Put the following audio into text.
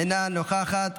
אינה נוכחת,